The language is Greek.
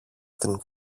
την